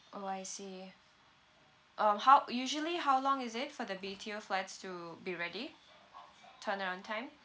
orh I see um how usually how long is it for the B_T_O flats to be ready turnaround time